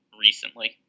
recently